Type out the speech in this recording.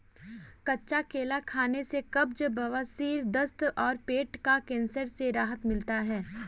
कच्चा केला खाने से कब्ज, बवासीर, दस्त और पेट का कैंसर से राहत मिलता है